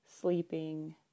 sleeping